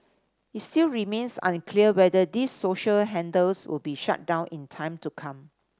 it still remains unclear whether these social handles will be shut down in time to come